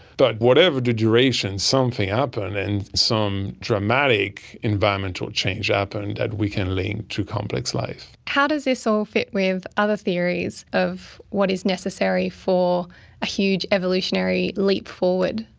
but whatever the duration, something happened and some dramatic environmental change happened that we can link to complex life. how does this all fit with other theories of what is necessary for a huge evolutionary leap forward?